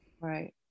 Right